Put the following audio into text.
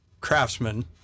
craftsman